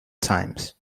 times